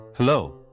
Hello